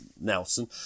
Nelson